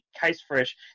case-fresh